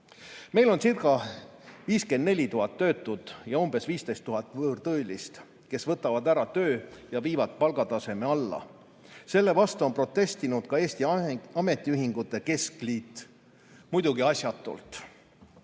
Meil oncirca54 000 töötut ja umbes 15 000 võõrtöölist, kes võtavad ära töö ja viivad palgataseme alla. Selle vastu on protestinud ka Eesti Ametiühingute Keskliit. Muidugi asjatult. ÜRO